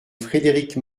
frédérique